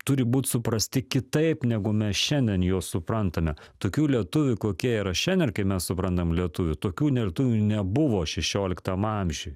turi būt suprasti kitaip negu mes šiandien juos suprantame tokių lietuvių kokie yra šiandien ir kaip mes suprantam lietuvių tokių lietuvių nebuvo šešioliktam amžiuj